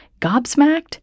Gobsmacked